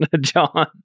John